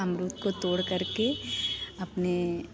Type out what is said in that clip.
अमरूद को तोड़ कर के अपने